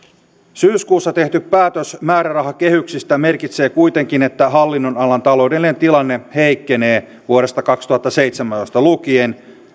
syyskuussa tehty päätös määrärahakehyksistä merkitsee kuitenkin että hallinnonalan taloudellinen tilanne heikkenee vuodesta kaksituhattaseitsemäntoista lukien